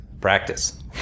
practice